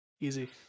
Easy